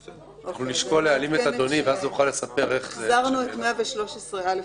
אם יש לכם בעיה עם הגדרת ידיעה סודית,